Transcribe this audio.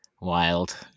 Wild